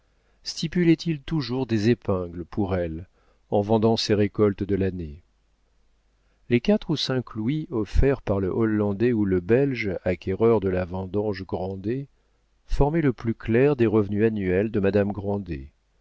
femme stipulait il toujours des épingles pour elle en vendant ses récoltes de l'année les quatre ou cinq louis offerts par le hollandais ou le belge acquéreur de la vendange grandet formaient le plus clair des revenus annuels de madame grandet